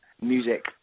music